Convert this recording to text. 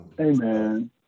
Amen